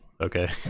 okay